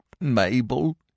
Mabel